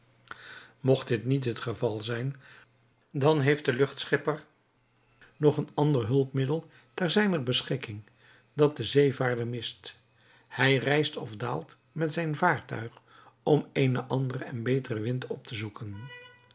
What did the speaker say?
mocht dit niet het geval zijn dan heeft de luchtschipper nog een ander hulpmiddel ter zijner beschikking dat de zeevaarder mist hij rijst of daalt met zijn vaartuig om eenen anderen en beteren wind op te zoeken